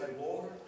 Lord